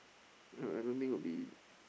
ya I don't think will be